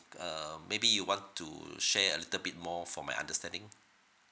um maybe you want to share a little bit more for my understanding